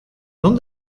non